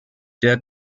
der